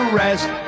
rest